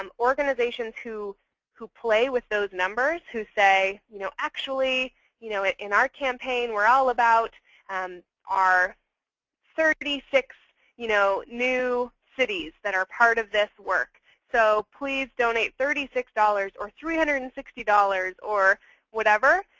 um organizations who who play with those numbers, who say, you know actually you know in our campaign, we're all about um our thirty six you know new cities that are part of this work. so please donate thirty six dollars, or three hundred and sixty dollars, or whatever.